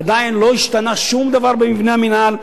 עדיין לא השתנה שום דבר במבנה המינהל,